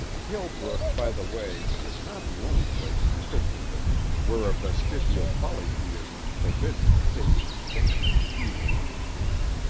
hillbrook, by the way, is not the only place in christendom where a vestigial polytheism forbids the taking in vain of the evil one's name.